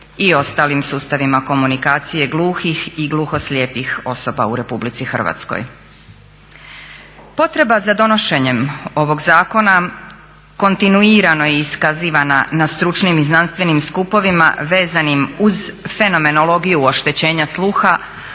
i ostalim sustavima komunikacije gluhih i gluhoslijepih osoba u Republici Hrvatskoj. Potreba za donošenjem ovoga zakona kontinuirano je iskazivana na stručnim i znanstvenim skupovima vezanim uz fenomenologiju oštećenja sluha